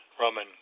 roman